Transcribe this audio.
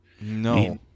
no